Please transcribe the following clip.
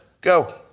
Go